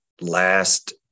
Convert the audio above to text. last